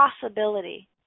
possibility